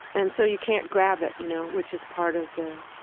and so you can't grab it, you know, which is part of the